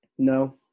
No